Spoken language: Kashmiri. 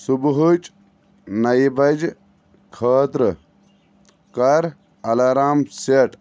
صُبحٕچ نایہِ بجہِ خٲطرٕ کر الارام سیٚٹ